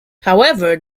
however